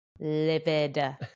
Livid